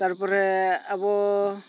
ᱛᱟᱨᱯᱚᱨᱮ ᱟᱵᱚ